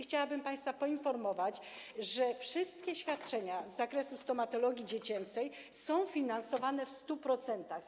Chciałabym państwa poinformować, że wszystkie świadczenia z zakresu stomatologii dziecięcej są finansowane w 100%.